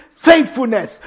Faithfulness